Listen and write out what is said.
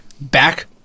back